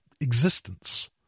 existence